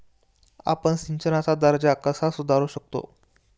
आपण सिंचनाचा दर्जा कसा सुधारू शकतो?